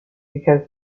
because